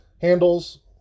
handles